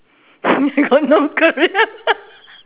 got no career